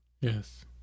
Yes